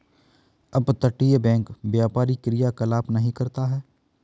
अपतटीय बैंक व्यापारी क्रियाकलाप नहीं करता है